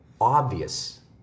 obvious